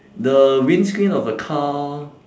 the windscreen of the car